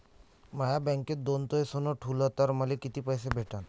म्या बँकेत दोन तोळे सोनं ठुलं तर मले किती पैसे भेटन